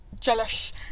Jealous